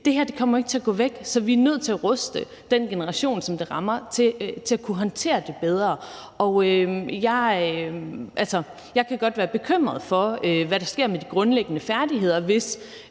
Det her kommer ikke til at gå væk, så vi er nødt til at ruste den generation, som det rammer, til at kunne håndtere det bedre. Jeg kan godt være bekymret for, hvad der sker med de grundlæggende færdigheder, hvis